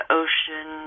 ocean